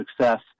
success